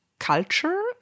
culture